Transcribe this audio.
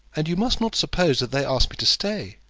and you must not suppose that they ask me to stay.